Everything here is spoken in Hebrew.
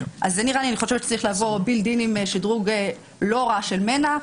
אז אני חושב שזה צריך לבוא ביחד עם שדרוג לא רע של מנע,